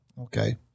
Okay